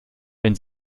wenn